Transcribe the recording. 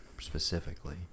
Specifically